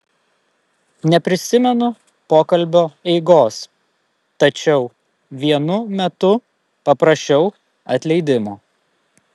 neprisimenu pokalbio eigos tačiau vienu metu paprašiau atleidimo